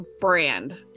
brand